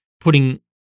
putting